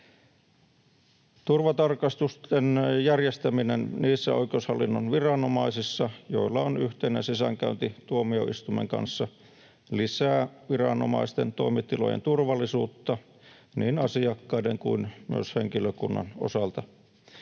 Turvatarkastusten järjestäminen niissä oikeushallinnon viranomaisissa, joilla on yhteinen sisäänkäynti tuomioistuimen kanssa, lisää viranomaisten toimitilojen turvallisuutta niin asiakkaiden kuin myös henkilökunnan osalta.